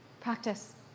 practice